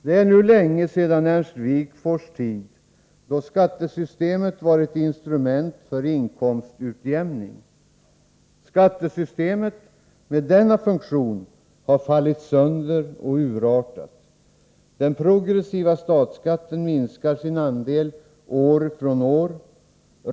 Det är nu länge sedan skattesystemet, som på Ernst Wigforss tid, var ett instrument för inkomstutjämning. Skattesystemet i denna funktion har fallit sönder och urartat. Den progressiva statsskatten minskar sin andel år från år.